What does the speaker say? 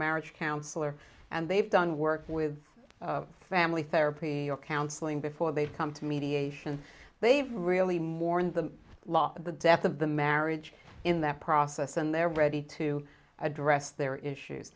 marriage counselor and they've done work with family therapy or counseling before they've come to mediation they've really mourn the loss of the death of the marriage in that process and they're ready to address their issues